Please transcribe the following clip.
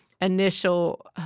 initial